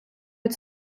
від